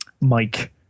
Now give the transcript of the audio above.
mike